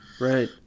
Right